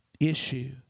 issue